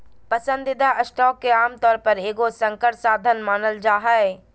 पसंदीदा स्टॉक के आमतौर पर एगो संकर साधन मानल जा हइ